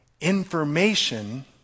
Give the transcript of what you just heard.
information